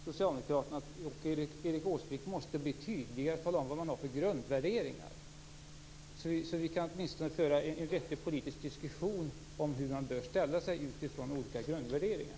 Socialdemokraterna och Erik Åsbrink måste bli tydliga och tala om vad de har för grundvärderingar så att vi åtminstone kan föra en vettig politisk diskussion om hur man bör förhålla sig utifrån olika grundvärderingar.